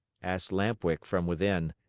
asked lamp-wick from within.